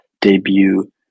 debut